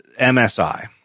MSI